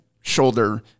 shoulder